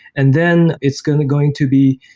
and then it's going to going to be